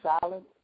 silent